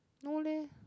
no leh